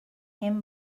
him